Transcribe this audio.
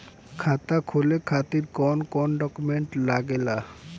खाता खोले खातिर कौन कौन डॉक्यूमेंट लागेला?